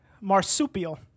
marsupial